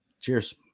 Cheers